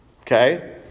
okay